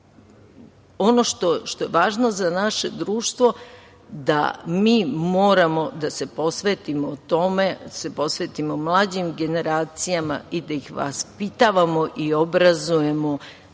što je važno za naše društvo je da moramo da se posvetimo tome, da moramo da se posvetimo mlađim generacijama i da ih vaspitavamo i obrazujemo